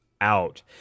out